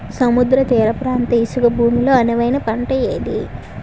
సముద్ర తీర ప్రాంత ఇసుక భూమి లో అనువైన పంట ఏది?